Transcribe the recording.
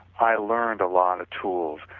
i learned a lot of tools.